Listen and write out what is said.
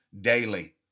daily